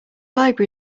library